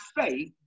faith